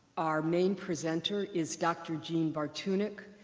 our main presenter is dr. jean bartunek,